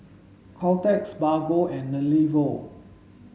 Caltex Bargo and